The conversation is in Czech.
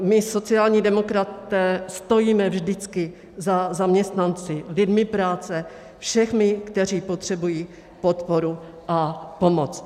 My sociální demokraté stojíme vždycky za zaměstnanci, lidmi práce, všemi, kteří potřebují podporu a pomoc.